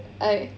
I